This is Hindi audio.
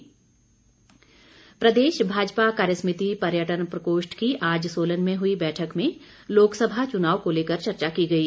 भाजपा प्रदेश भाजपा कार्यसमिति पर्यटन प्रकोष्ठ की आज सोलन में हई बैठक में लोकसभा चुनाव को लेकर चर्चा की गई